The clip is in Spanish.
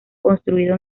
construido